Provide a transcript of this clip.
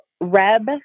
Reb